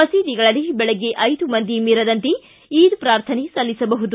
ಮಸೀದಿಗಳಲ್ಲಿ ಬೆಳಗ್ಗೆ ಐದು ಮಂದಿ ಮೀರದಂತೆ ಈದ್ ಪ್ರಾರ್ಥನೆ ಸಲ್ಲಿಸಬಹುದು